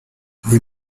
les